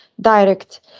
direct